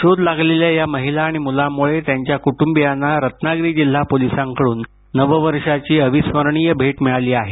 शोध लागलेल्या या महिला आणि मुलांमुळे त्यांच्या कुट्रंबीयांना रत्नागिरी जिल्हा पोलिसांकडून नववर्षाची अविस्मरणीय भेट मिळाली आहे